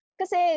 kasi